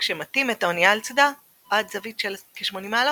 כשמטים את האונייה על צידה עד זווית של כ-80 מעלות,